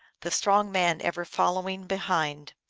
the strong man ever following behind,